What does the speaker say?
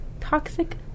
Toxic